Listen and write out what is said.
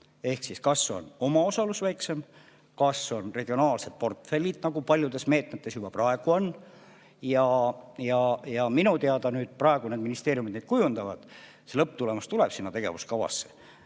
Ehk kas on omaosalus väiksem, kas on regionaalsed portfellid, nagu paljudes meetmetes juba praegu on ja minu teada ministeeriumid neid kujundavad – see lõpptulemus tuleb sinna tegevuskavasse.